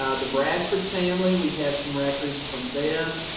um the bradford family, we have some records from them.